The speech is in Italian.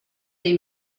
dei